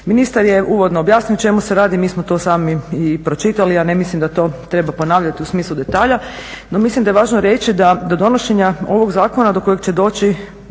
Ministar je uvodno objasnio o čemu se radi, mi smo to sami i pročitali, ja ne mislim da to treba ponavljati u smislu detalja, no mislim da je važno reći da do donošenja ovog zakona do kojeg će doći,